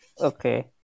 Okay